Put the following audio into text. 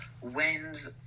wins